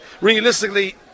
realistically